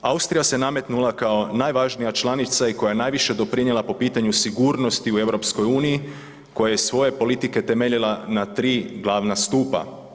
Austrija se nametnula kao najvažnija članica i koja je najviše doprinijela po pitanju sigurnosti u EU, koja je svoje politike temeljila na 3 glavna stupa.